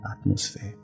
atmosphere